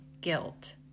Guilt